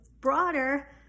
broader